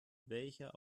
welcher